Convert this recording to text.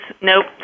nope